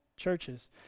churches